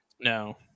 No